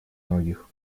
многих